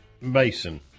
Mason